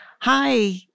Hi